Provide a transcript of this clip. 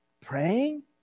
Praying